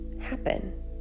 happen